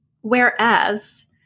Whereas